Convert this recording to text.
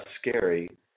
scary